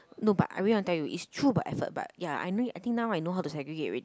no but I really want to tell you it's true about effort but ya I know I think I know how to segregate already